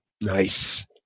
Nice